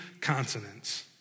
consonants